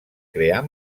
crear